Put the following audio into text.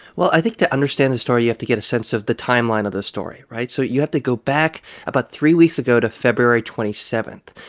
well, i think to understand this story, you have to get a sense of the timeline of the story, right? so you have to go back about three weeks ago to february twenty seven,